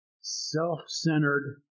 self-centered